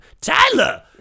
Tyler